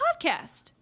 podcast